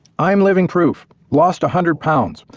i'm living proof lost a hundred pounds,